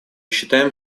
считаем